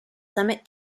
summit